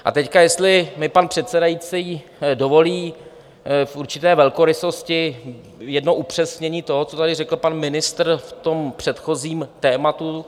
A teď, jestli mi pan předsedající dovolí v určité velkorysosti, jedno upřesnění toho, co tady řekl pan ministr v předchozím tématu.